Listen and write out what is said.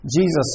Jesus